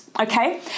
Okay